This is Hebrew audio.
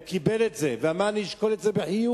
הוא קיבל את זה ואמר: אני אשקול את זה בחיוב.